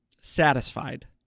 satisfied